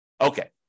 Okay